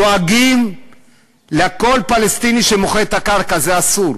דואגים לכל פלסטיני שמוכר את הקרקע, זה אסור.